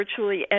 virtually